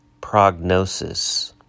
prognosis